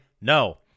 no